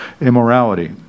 immorality